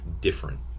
different